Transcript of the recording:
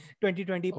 2020